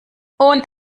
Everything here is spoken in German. und